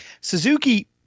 Suzuki